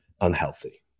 unhealthy